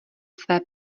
své